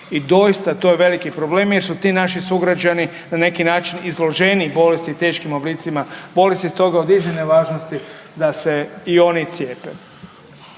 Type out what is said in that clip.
I doista to je veliki problem jer su ti naši sugrađani na neki način izloženiji bolesti teškim oblicima bolesti stoga je od iznimne važnosti da se i oni cijepe.